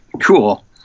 cool